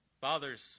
Fathers